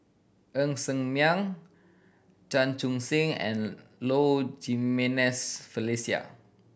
Ng Ser Miang Chan Chun Sing and Low Jimenez Felicia